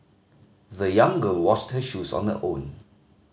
the young girl washed her shoes on her own